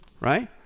right